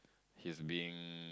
he's being